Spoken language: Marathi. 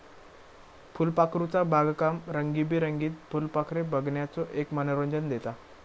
फुलपाखरूचा बागकाम रंगीबेरंगीत फुलपाखरे बघण्याचो एक मनोरंजन देता